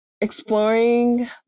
exploring